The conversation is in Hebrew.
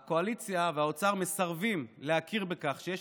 הקואליציה והאוצר מסרבים להכיר בכך שיש